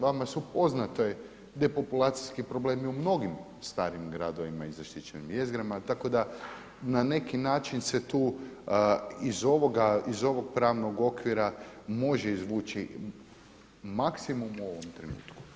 Vama su poznati depopulacijski problemi u mnogim starim gradovima i zaštićenim jezgrama, tako da na neki način se tu iz ovog pravnog okvira može izvući maksimum u ovom trenutku.